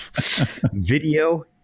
video